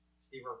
Steve